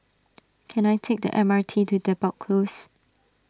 can I take the M R T to Depot Close